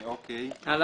בסדר.